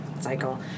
cycle